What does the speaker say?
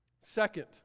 Second